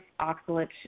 oxalate